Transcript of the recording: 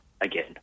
again